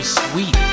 sweet